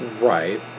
right